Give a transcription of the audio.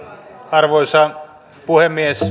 arvoisa puhemies